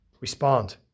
respond